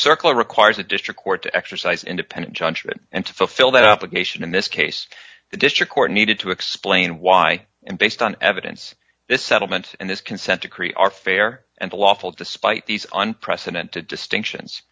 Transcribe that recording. circle requires the district court to exercise independent judgment and to fulfill that obligation in this case the district court needed to explain why and based on evidence this settlement and this consent decree are fair and lawful despite these unprecedented distinctions